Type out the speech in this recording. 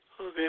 Okay